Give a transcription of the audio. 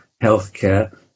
healthcare